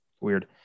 weird